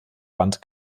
wand